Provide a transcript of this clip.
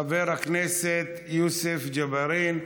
חבר הכנסת יוסף ג'בארין,